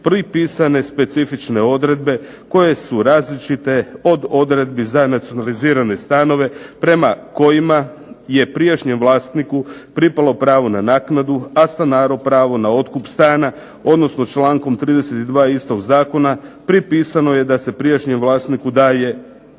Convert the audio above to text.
pripisane specifične odredbe koje su različite od odredbi za nacionalizirane stanove, prema kojima je prijašnje vlasniku pripalo pravo na naknadu, a stanaru pravo na otkup stana, odnosno člankom 32. istog zakona pripisano je da se prijašnjem vlasniku daje